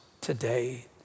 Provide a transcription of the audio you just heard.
today